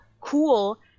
cool